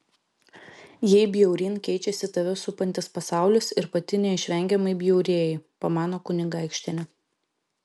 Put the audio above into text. jei bjauryn keičiasi tave supantis pasaulis ir pati neišvengiamai bjaurėji pamano kunigaikštienė